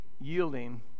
yielding